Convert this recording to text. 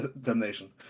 Damnation